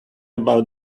about